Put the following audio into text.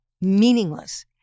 meaningless